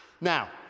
Now